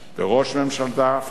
וראש ממשלתה פיאד,